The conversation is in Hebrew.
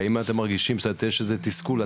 האם אתם מרגשים שיש איזשהו תסכול,